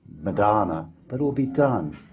madonna, but it will be done.